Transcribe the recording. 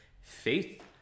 Faith